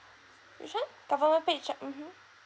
which one government pay check mmhmm